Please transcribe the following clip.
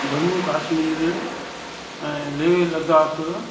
जम्मू कश्मीर ऐं लेह लद्दाख